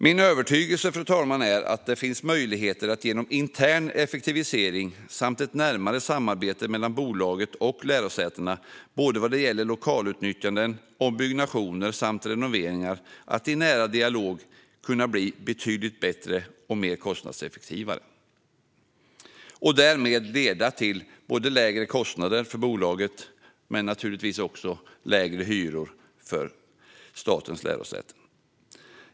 Min övertygelse, fru talman, är att det finns möjligheter att bli betydligt bättre och mer kostnadseffektiv genom intern effektivisering samt närmare samarbete mellan bolaget och lärosätena vad gäller såväl lokalutnyttjanden som ombyggnationer och renoveringar i nära dialog. Därmed blir det både lägre kostnader för bolaget och lägre hyror för statens lärosäten.